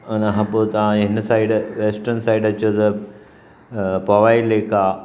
उनखां पोइ तव्हां हिन साइड वेस्टन साइड अचो त पवाई लेक आहे